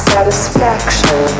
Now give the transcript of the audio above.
Satisfaction